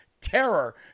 terror